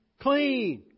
Clean